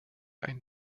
einen